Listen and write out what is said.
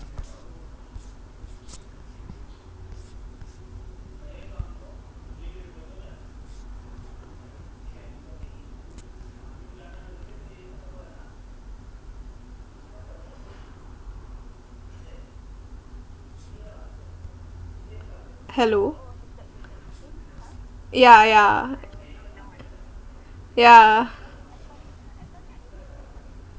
hello yeah yeah yeah